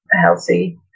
healthy